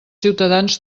ciutadans